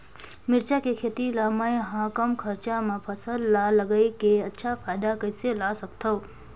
मिरचा के खेती ला मै ह कम खरचा मा फसल ला लगई के अच्छा फायदा कइसे ला सकथव?